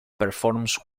performs